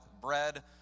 bread